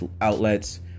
outlets